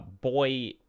boy